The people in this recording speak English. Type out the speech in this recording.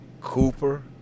Cooper